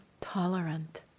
tolerant